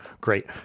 Great